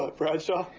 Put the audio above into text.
but bradshaw?